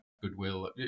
goodwill